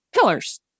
pillars